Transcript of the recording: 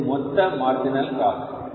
இது மொத்த marginal cost